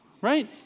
right